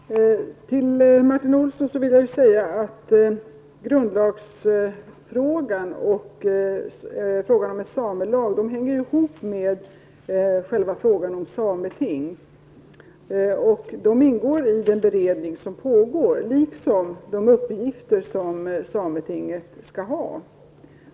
Herr talman! Till Martin Olsson vill jag säga att grundlagsfrågan och frågan om en samelag hänger ihop med själva frågan om ett sameting. Dessa frågor ingår i en pågående beredning liksom frågan om de uppgifter som sametinget skall ha.